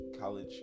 college